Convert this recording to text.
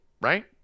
right